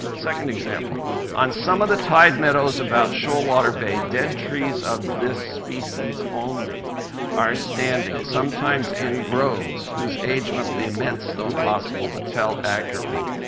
second example on some of the tide meadows about shoalwater bay, dead trees of this species only are standing, sometimes in groves whose age must be immense, though impossible to tell accurately.